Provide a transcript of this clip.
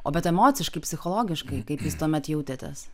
o bet emociškai psichologiškai kaip jūs tuomet jautėtės